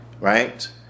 right